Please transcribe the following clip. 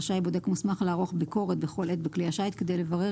רשאי בודק מוסמך לערוך ביקורת בכל עת בכלי השיט כדי לברר